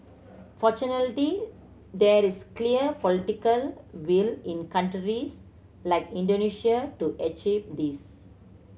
fortunately there is clear political will in countries like Indonesia to achieve this